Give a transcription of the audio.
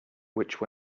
which